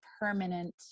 permanent